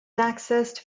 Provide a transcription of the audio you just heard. accessed